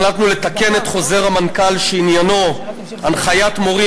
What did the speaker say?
החלטנו לתקן את חוזר המנכ"ל שעניינו הנחיית מורים